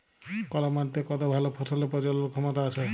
call মাটিতে কত ভাল ফসলের প্রজলল ক্ষমতা আছে